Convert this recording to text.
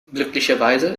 glücklicherweise